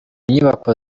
nyubako